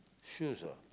shoes ah